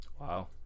Wow